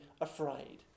afraid